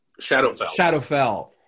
Shadowfell